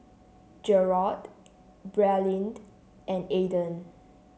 Gerold Bradyn and Ayden